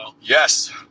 Yes